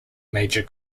major